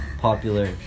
popular